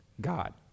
God